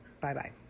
Bye-bye